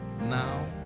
now